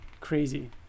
Crazy